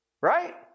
Right